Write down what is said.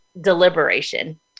deliberation